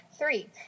Three